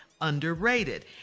underrated